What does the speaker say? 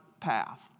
path